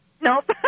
Nope